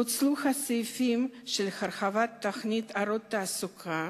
פוצלו הסעיפים בהרחבת תוכנית "אורות לתעסוקה"